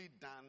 done